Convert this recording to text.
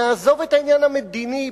נעזוב את העניין המדיני,